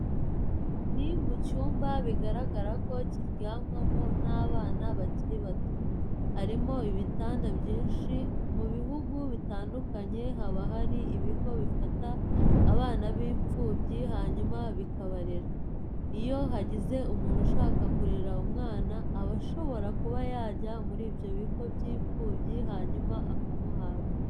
Ni mu cyumba bigaragara ko kiryamwamo n'abana bakiri bato, harimo ibitanda byinshi. Mu bihugu bitandukanye haba hari ibigo bifata abana b'imfubyi hanyuma bikabarera. Iyo hagize umuntu ushaka kurera umwana aba ashobora kuba yajya muri ibyo bigo by'imfubyi hanyuma akamuhabwa.